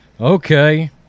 Okay